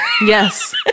Yes